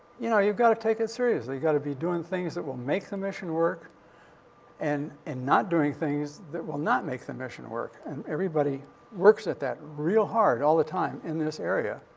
you know you've gotta take it seriously. you've gotta be doin' things that will make the mission work and and not doing things that will not make the mission work. and everybody works at that real hard all the time in this area.